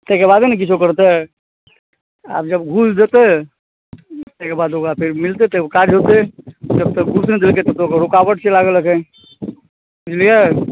ताहिके बादे ने किछो करतै आब जब घूस देतै एहिक बाद ओकरा फेर मिलतै तब काज हेतै जब तक घूस नहि देलकै तब तक रुकावट छै लागल अखन बुझलियै